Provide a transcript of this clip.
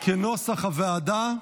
כנוסח הוועדה.